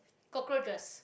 cockroaches